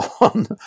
on